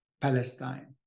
Palestine